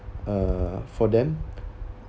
uh for them